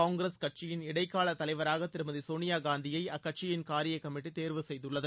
காங்கிரஸ் கட்சியின் இடைக்கால தலைவராக திருமதி சோனியா காந்தியை அக்கட்சியின் காரிய கமிட்டி தேர்வு செய்துள்ளது